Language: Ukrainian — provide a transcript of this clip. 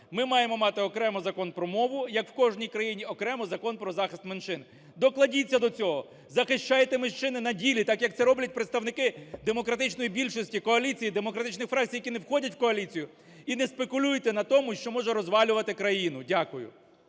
Ми маємо мати окремо Закон про мову, як у кожній країні, окремо – Закон про захист меншин. Докладіться до цього, захищайте меншини на ділі, так, як це роблять представники демократичної більшості, коаліції, демократичних фракцій, які не входять в коаліцію. І не спекулюйте на тому, що може розвалювати країну! Дякую.